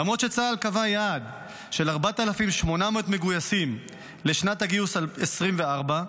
למרות שצה"ל קבע יעד של 4,800 מגויסים לשנת הגיוס 2024,